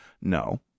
No